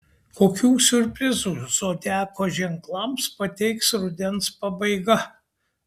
kokių siurprizų zodiako ženklams pateiks rudens pabaiga